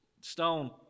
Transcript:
stone